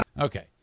Okay